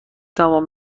تمام